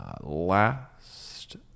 last